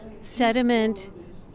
Sediment